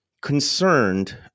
concerned